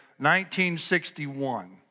1961